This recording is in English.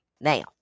Now